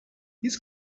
this